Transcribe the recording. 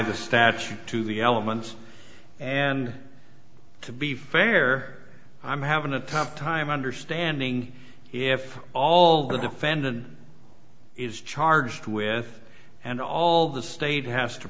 the statute to the elements and to be fair i'm having a tough time understanding if all the defendant is charged with and all the state has to